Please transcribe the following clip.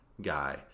guy